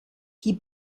qui